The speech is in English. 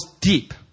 deep